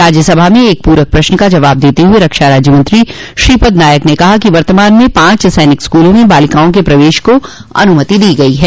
राज्यसभा में एक पूरक प्रश्न का जवाब देते हुए रक्षा राज्यमंत्री श्रीपद नायक ने कहा कि वर्तमान में पांच सैनिक स्कूलों में बालिकाओं के प्रवेश को अनुमति दी गई है